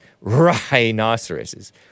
Rhinoceroses